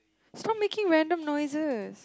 stop making random noises